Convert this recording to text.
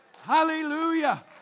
Hallelujah